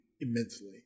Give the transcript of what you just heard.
Immensely